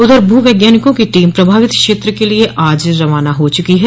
उधर भूवैज्ञानिकों की टीम प्रभावित क्षेत्र के लिए आज रवाना हो चुकी है